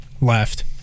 left